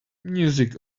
music